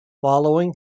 following